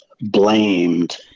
blamed